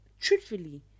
truthfully